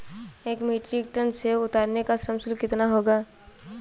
एक metric tonne सेव उतारने का श्रम शुल्क कितना होगा?